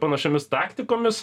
panašiomis taktikomis